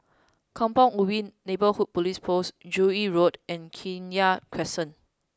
Kampong Ubi Neighbourhood Police Post Joo Yee Road and Kenya Crescent